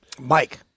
Mike